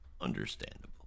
Understandable